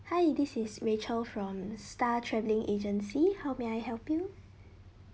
hi this is rachel from star travelling agency how may I help you